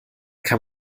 kann